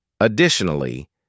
Additionally